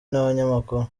n’abanyamakuru